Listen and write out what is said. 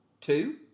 Two